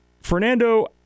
fernando